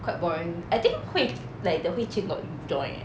quite boring I think 会 like 的 hui jun will enjoy leh